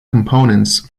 components